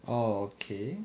oh okay